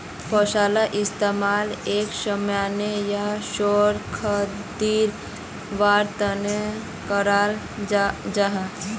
पैसाला इस्तेमाल कोए सामान या सेवा खरीद वार तने कराल जहा